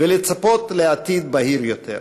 ולצפות לעתיד בהיר יותר.